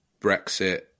Brexit